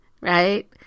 right